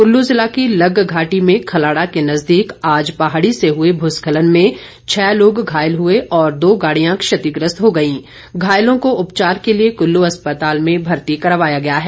कुल्लू जिला की लगघाटी में खलाड़ा के नजदीक आज पहाड़ी से हुए भूस्खलन में छः लोग घायल हुए और दो गाड़ियां क्षतिग्रस्त हो गई घायलों को उपचार के लिए कुल्लू अस्पताल में भर्ती करवाया गया है